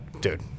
dude